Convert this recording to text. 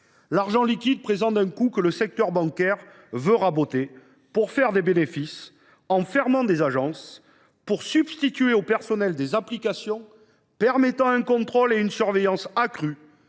L’argent liquide représente un coût que le secteur bancaire veut raboter, afin de faire des bénéfices en fermant des agences, pour substituer aux personnels des applications permettant un contrôle et une surveillance accrue